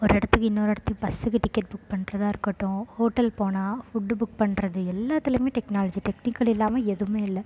ஒரு இடத்துக்கு இன்னொரு இடத்துக்கு பஸ்ஸுக்கு டிக்கெட் புக் பண்ணுறதா இருக்கட்டும் ஹோட்டல் போனால் ஃபுட்டு புக் பண்ணுறது எல்லாத்திலேயுமே டெக்னாலஜி டெக்னிக்கல் இல்லாமல் எதுவுமே இல்லை